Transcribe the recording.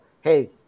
hey